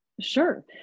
Sure